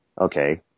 okay